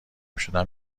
شدن